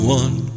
one